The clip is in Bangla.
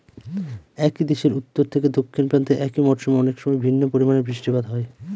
একই দেশের উত্তর থেকে দক্ষিণ প্রান্তে একই মরশুমে অনেকসময় ভিন্ন পরিমানের বৃষ্টিপাত হয়